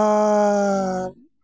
ᱟᱨ